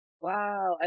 Wow